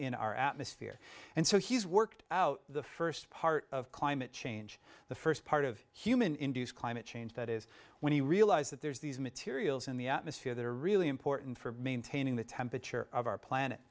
in our atmosphere and so he's worked out the first part of climate change the first part of human induced climate change that is when you realize that there's these materials in the atmosphere that are really important for maintaining the temperature of our planet